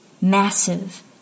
massive